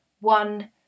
one